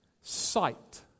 Sight